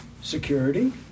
Security